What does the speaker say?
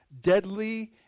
deadly